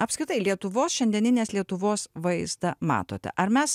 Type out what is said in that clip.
apskritai lietuvos šiandieninės lietuvos vaizdą matote ar mes